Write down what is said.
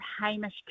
Hamish